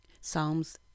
Psalms